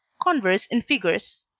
converse in figures.